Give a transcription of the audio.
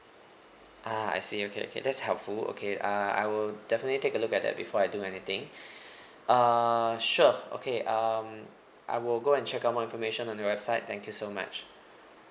ah I see okay okay that's helpful okay uh I will definitely take a look at that before I do anything uh sure okay um I will go and check out more information on your website thank you so much